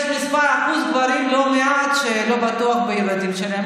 יש אחוז לא קטן של גברים שלא בטוח שהם האבות של הילדים שלהם,